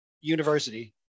University